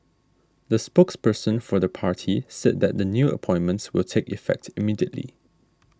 the spokesperson for the party said that the new appointments will take effect immediately